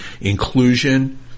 inclusion